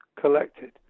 collected